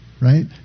right